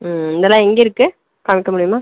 ம் இதெல்லாம் எங்கே இருக்குது காம்மிக்க முடியுமா